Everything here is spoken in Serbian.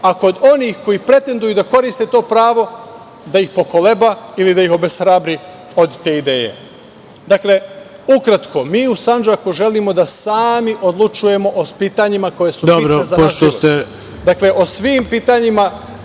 a kod onih koji pretenduju da koriste to pravo, da ih pokoleba ili da ih obeshrabri od te ideje. Dakle, ukratko, mi u Sandžaku želimo da sami odlučujemo o pitanjima koji su bitna za naš život, dakle o svim pitanjima